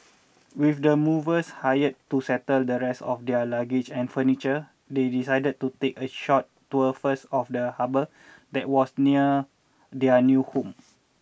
with the movers hired to settle the rest of their luggage and furniture they decided to take a short tour first of the harbor that was near their new home